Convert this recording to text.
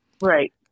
Right